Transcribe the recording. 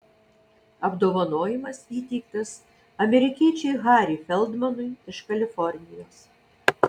apdovanojimas įteiktas amerikiečiui harry feldmanui iš kalifornijos